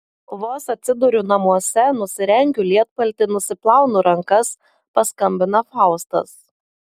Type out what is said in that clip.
vos atsiduriu namuose nusirengiu lietpaltį nusiplaunu rankas paskambina faustas